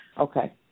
Okay